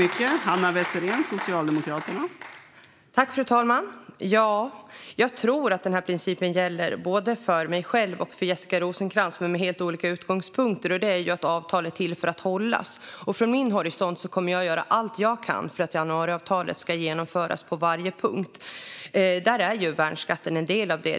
Fru talman! Jag tror att principen att avtal är till för att hållas gäller både för mig själv och för Jessica Rosencrantz, men med helt olika utgångspunkter. Från min horisont kommer jag att göra allt jag kan för att januariavtalet ska genomföras på varje punkt. Värnskatten är ju en del av det.